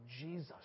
Jesus